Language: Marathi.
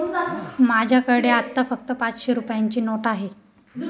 माझ्याकडे आता फक्त पाचशे रुपयांची नोट आहे